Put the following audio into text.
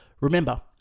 Remember